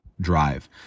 drive